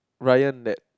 Ryan that